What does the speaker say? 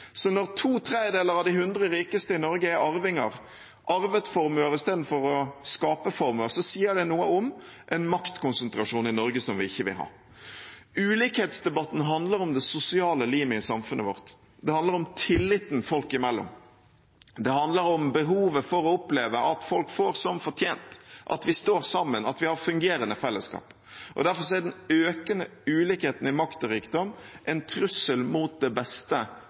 Så når to tredjedeler av de 100 rikeste i Norge er arvinger – de har arvet formuer i stedet for å ha skapt formuer – sier det noe om en maktkonsentrasjon i Norge som vi ikke vil ha. Ulikhetsdebatten handler om det sosiale limet i samfunnet vårt. Det handler om tilliten folk imellom. Det handler om behovet for å oppleve at folk får som fortjent, at vi står sammen, at vi har fungerende fellesskap. Derfor er den økende ulikheten i makt og rikdom en trussel mot det beste